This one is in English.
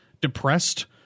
depressed